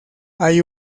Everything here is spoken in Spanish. hay